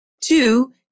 Two